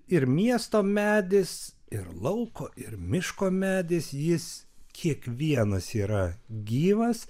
ir miesto medis ir lauko ir miško medis jis kiekvienas yra gyvas